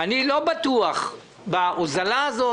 אני לא בטוח בהוזלה הזאת.